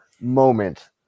moment